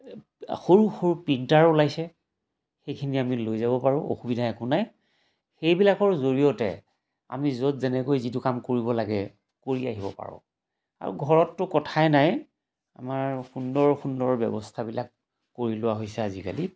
সৰু সৰু প্ৰিণ্টাৰ ওলাইছে সেইখিনি আমি লৈ যাব পাৰোঁ অসুবিধা একো নাই সেইবিলাকৰ জৰিয়তে আমি য'ত যেনেকৈ যিটো কাম কৰিব লাগে কৰি আহিব পাৰোঁ আৰু ঘৰততো কথাই নাই আমাৰ সুন্দৰ সুন্দৰ ব্যৱস্থাবিলাক কৰি লোৱা হৈছে আজিকালি